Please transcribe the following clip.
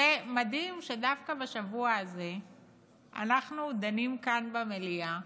זה מדהים שדווקא בשבוע הזה אנחנו דנים כאן במליאה